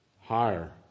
higher